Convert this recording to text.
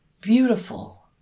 Beautiful